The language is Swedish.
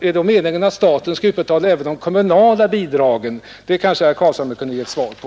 Är då meningen att staten skall utbetala även de kommunala bidragen? Det kanske herr Carlshamre kan ge ett svar på.